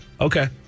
okay